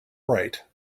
right